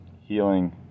healing